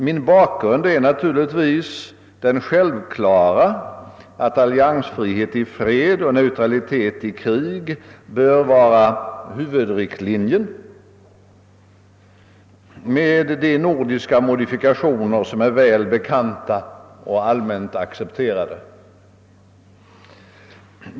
Min bakgrund är den självklara, att alliansfrihet i fred och neutralitet i krig bör vara huvudriktlinjen, med de nordiska modifikationer som är väl bekanta och allmänt accepterade.